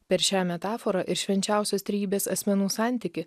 per šią metaforą ir švenčiausios trejybės asmenų santykį